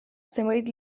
zenbait